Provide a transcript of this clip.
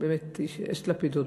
ובאמת אשת לפידות.